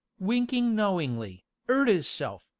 winking knowingly, urt isself,